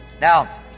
Now